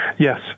Yes